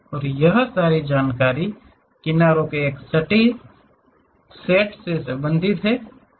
और यह सारी जानकारी किनारों के एक सेट से संबंधित है